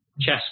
chess